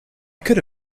could